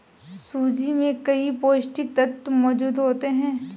सूजी में कई पौष्टिक तत्त्व मौजूद होते हैं